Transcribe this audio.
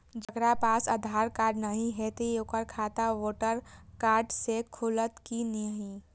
जकरा पास आधार कार्ड नहीं हेते ओकर खाता वोटर कार्ड से खुलत कि नहीं?